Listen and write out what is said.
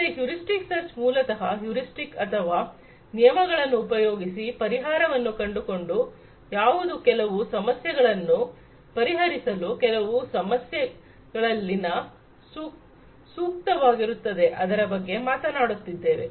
ಮತ್ತೆ heuristic search ಮೂಲತಃ heuristic ಅಥವಾ ನಿಯಮಗಳನ್ನು ಉಪಯೋಗಿಸಿ ಪರಿಹಾರವನ್ನು ಕಂಡುಕೊಂಡು ಯಾವುದು ಕೆಲವು ಸಮಸ್ಯೆಗಳನ್ನು ಪರಿಹರಿಸಲು ಕೆಲವು ಸಮಯಗಳಲ್ಲಿ ಸೂಕ್ತವಾಗಿರುತ್ತದೆ ಅದರ ಬಗ್ಗೆ ಮಾತನಾಡುತ್ತಿದ್ದೇವೆ